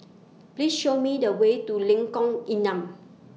Please Show Me The Way to Lengkong Enam